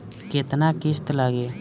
केतना किस्त लागी?